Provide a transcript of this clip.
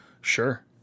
Sure